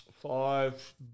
Five